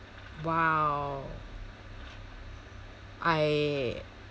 !wow! I